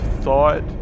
thought